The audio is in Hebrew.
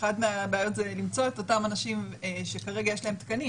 אחד מהבעיות זה למצוא את אותם אנשים שכרגע יש להם תקנים.